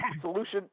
solution